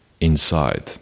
inside